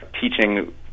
teaching